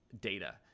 data